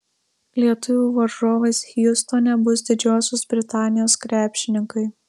lietuvių varžovais hjustone bus didžiosios britanijos krepšininkai